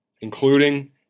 including